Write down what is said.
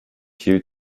hielt